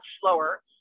slower